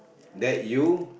that you